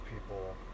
people